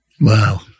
Wow